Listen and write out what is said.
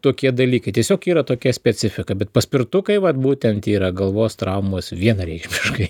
tokie dalykai tiesiog yra tokia specifika bet paspirtukai vat būtent yra galvos traumos vienareikšmiškai